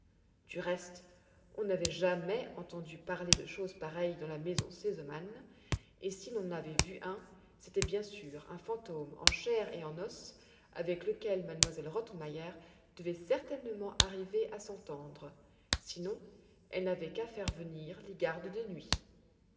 du reste on n'avait jamais entendu parler de choses pareilles dans la maison sesemann et si l'on en avait vu un c'était bien sûr un fantôme en chair et en os avec lequel m elle rottenmeier devait certainement arriver à s'entendre sinon elle n'avait qu'à faire venir les gardes de nuit